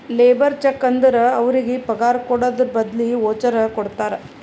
labour cheque ಅಂದುರ್ ಅವ್ರಿಗ ಪಗಾರ್ ಕೊಡದ್ರ್ ಬದ್ಲಿ ವೋಚರ್ ಕೊಡ್ತಾರ